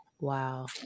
Wow